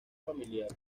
familiar